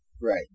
Right